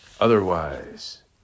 Otherwise